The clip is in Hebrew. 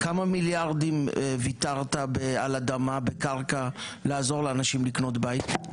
כמה מיליארדים ויתרת על אדמה בקרקע לעזור לאנשים לקנות בית בשנה?